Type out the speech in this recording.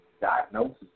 diagnosis